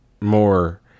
more